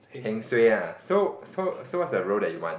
heng suay ah so so so what's the role that you want